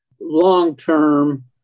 long-term